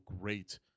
great